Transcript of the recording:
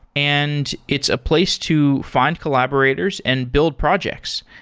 and it's a place to find collaborators and build projects.